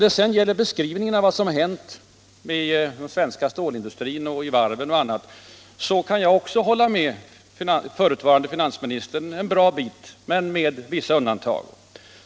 Beträffande beskrivningen av vad som har hänt inom stålindustrin, varven m.m. kan jag också hålla med förutvarande finansministern en bra bit men med vissa undantag.